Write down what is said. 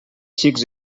xics